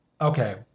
okay